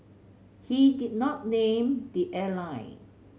he did not name the airline